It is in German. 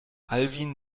alwin